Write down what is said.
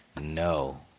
no